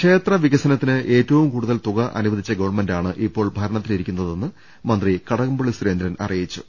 ക്ഷേത്രവികസനത്തിന് ഏറ്റവും കൂടുതൽ തുക അനുവ ദിച്ച ഗവൺമെന്റാണ് ഇപ്പോൾ ഭരണത്തിലിരിക്കുന്നതെന്ന് മന്ത്രി കടകംപള്ളി സുരേന്ദ്രൻ അറിയിച്ചു